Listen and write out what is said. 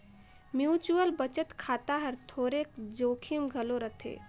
mutual बचत खाता हर थोरोक जोखिम घलो रहथे